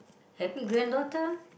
happy granddaughter